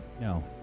No